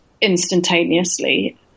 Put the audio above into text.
instantaneously